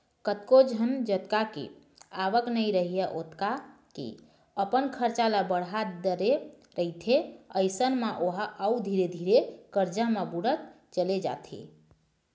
कतको झन जतका के आवक नइ राहय ओतका के अपन खरचा ल बड़हा डरे रहिथे अइसन म ओहा अउ धीरे धीरे करजा म बुड़त चले जाथे